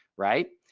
right.